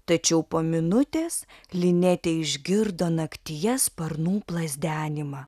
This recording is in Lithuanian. tačiau po minutės linetė išgirdo naktyje sparnų plazdenimą